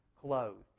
clothed